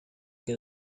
que